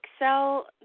Excel